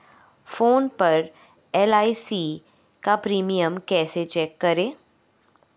Phone पर LIC का premium कैसे चेक करें?